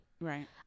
Right